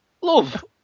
love